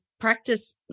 practice